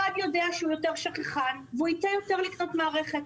אחד יודע שהוא יותר שכחן והוא ייטה יותר לקנות מערכת,